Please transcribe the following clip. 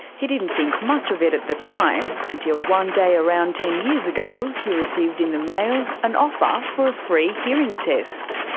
he didn't think much of it at the time, until one day around ten years ago he received in the mail an offer for a free hearing test.